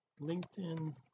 linkedin